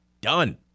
Done